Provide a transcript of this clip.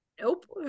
Nope